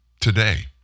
today